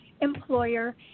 employer